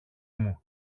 μου